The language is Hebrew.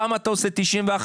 פעם אתה עושה 91,